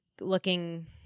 looking